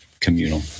communal